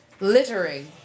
Littering